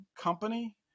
company